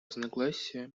разногласия